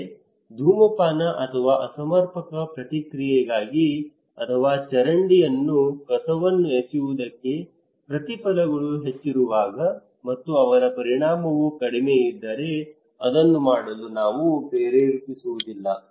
ಆದರೆ ಧೂಮಪಾನ ಅಥವಾ ಅಸಮರ್ಪಕ ಪ್ರತಿಕ್ರಿಯೆಗಾಗಿ ಅಥವಾ ಚರಂಡಿಯಲ್ಲಿ ಕಸವನ್ನು ಎಸೆಯುವುದಕ್ಕೆ ಪ್ರತಿಫಲಗಳು ಹೆಚ್ಚಿರುವಾಗ ಮತ್ತು ಅದರ ಪರಿಣಾಮವು ಕಡಿಮೆಯಿದ್ದರೆ ಅದನ್ನು ಮಾಡಲು ನೀವು ಪ್ರೇರೇಪಿಸುವುದಿಲ್ಲ